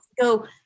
go